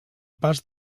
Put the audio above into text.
pas